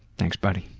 thanks, buddy.